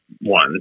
one